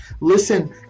Listen